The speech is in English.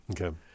Okay